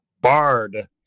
Bard